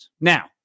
Now